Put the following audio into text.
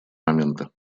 моменты